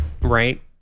right